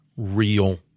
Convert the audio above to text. real